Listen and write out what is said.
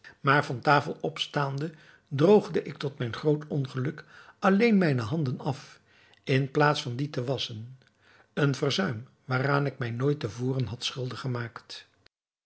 maar van tafel opstaande droogde ik tot mijn groot ongeluk alleen mijne handen af in plaats van die te wasschen een verzuim waaraan ik mij nooit te voren had schuldig gemaakt